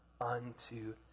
unto